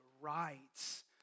rights